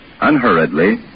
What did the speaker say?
unhurriedly